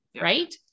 Right